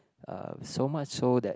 uh so much so that